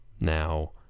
Now